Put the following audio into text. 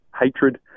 hatred